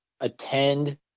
attend